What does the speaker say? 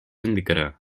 indicarà